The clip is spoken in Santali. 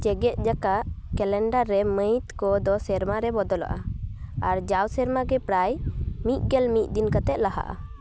ᱡᱮᱜᱮᱛ ᱡᱟᱠᱟᱛ ᱠᱮᱞᱮᱱᱰᱟᱨ ᱨᱮ ᱢᱟᱹᱦᱤᱛ ᱠᱚᱫᱚ ᱥᱮᱨᱢᱟᱨᱮ ᱵᱚᱫᱚᱞᱚᱜᱼᱟ ᱟᱨ ᱡᱟᱣ ᱥᱮᱨᱢᱟᱜᱮ ᱯᱨᱟᱭ ᱢᱤᱫ ᱜᱮᱞ ᱢᱤᱫ ᱫᱤᱱ ᱠᱟᱛᱮ ᱞᱟᱦᱟᱜᱼᱟ